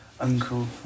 Uncle